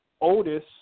Otis